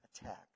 attack